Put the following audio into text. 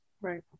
Right